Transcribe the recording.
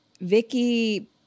Vicky